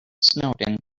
snowden